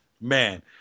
Man